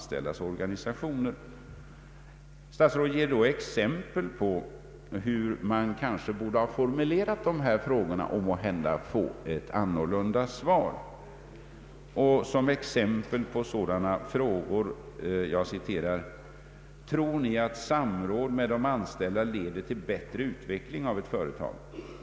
Statsrådet ger exempel på hur man borde ha formulerat frågorna för att måhända få annorlunda svar. Exempel på sådana frågor är: Tror ni att samråd med de anställda leder till bättre utveckling av ett företag?